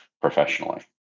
professionally